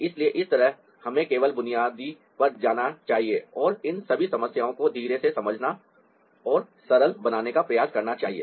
इसलिए इस तरह हमें केवल बुनियादी पर जाना चाहिए और इन सभी समस्याओं को धीरे से समझाना और सरल बनाने का प्रयास करना चाहिए